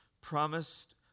promised